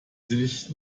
sich